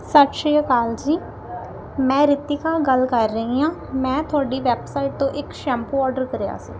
ਸਤਿ ਸ਼੍ਰੀ ਅਕਾਲ ਜੀ ਮੈਂ ਰਿਤਿਕਾ ਗੱਲ ਕਰ ਰਹੀ ਹਾਂ ਮੈਂ ਤੁਹਾਡੀ ਵੈੱਬਸਾਈਟ ਤੋਂ ਇੱਕ ਸ਼ੈਂਪੂ ਔਡਰ ਕਰਿਆ ਸੀ